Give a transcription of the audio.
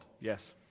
yes